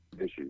issues